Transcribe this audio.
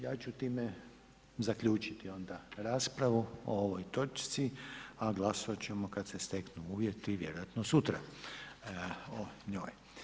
Ja ću time zaključiti onda raspravu o ovoj točci a glasovati ćemo kada se steknu uvjeti, vjerojatno sutra o njoj.